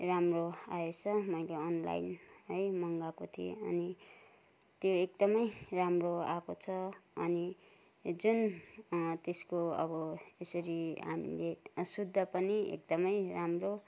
राम्रो आएछ मैले अनलाइन है मगाएको थिएँ अनि त्यो एकदमै राम्रो आएको छ अनि जुन त्यसको अब यसरी हामीले सुत्द पनि एकदमै राम्रो